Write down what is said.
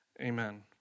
Amen